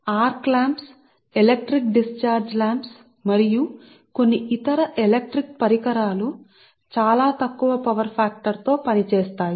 అప్పుడు arc lamps electric discharge lamps మరియు కొన్ని ఇతర ఎలక్ట్రిక్ పరికరాలు చాలా తక్కువ పవర్ ఫాక్టర్ తో పనిచేస్తాయి